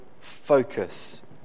focus